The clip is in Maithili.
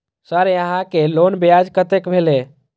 सर यहां के लोन ब्याज कतेक भेलेय?